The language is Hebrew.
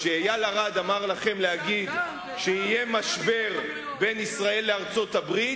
כשאיל ארד אמר לכם להגיד שיהיה משבר בין ישראל לארצות-הברית,